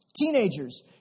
Teenagers